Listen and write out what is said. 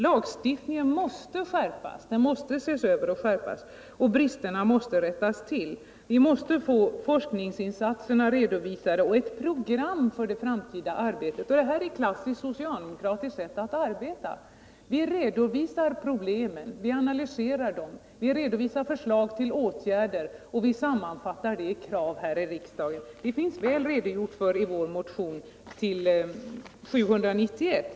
Lagstiftningen måste ses över och skärpas, och bristerna måste rättas till. Vi måste få redovisning för forskningsinsatserna och ett program för det framtida arbetet. Detta är ett klassiskt socialdemokratiskt sätt att arbeta. Vi redovisar problemen, vi analyser dem, vi redovisar förslag till åtgärder, och vi sammanfattar dem i krav här i riksdagen. Detta har vi redogjort väl för i vår motion 791.